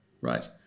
Right